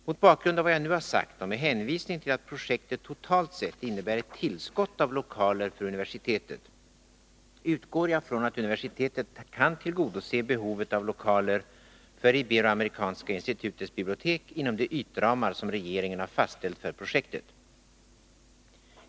Mot bakgrund av vad jag nu har sågt och med hänvisning till att projektet totalt sett innebär ett tillskott av Iokaler för universitetet, utgår jag från att universitetet kan tillgodose behovet av lokaler för Ibero-amerikanska institutets bibliotek inom de ytramar som regeringen har fastställt för projektet.